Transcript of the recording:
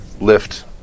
lift